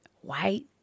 white